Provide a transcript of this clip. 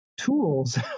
tools